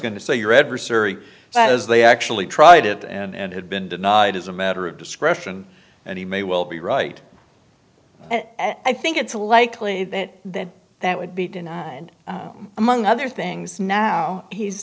going to say your adversary that is they actually tried it and had been denied as a matter of discretion and he may well be right i think it's likely that that would be denied among other things now he's